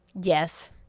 Yes